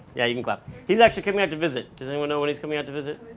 yeah you can clap. he's actually coming up to visit. does anyone know when he's coming out to visit?